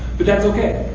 but that's okay.